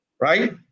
right